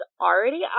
already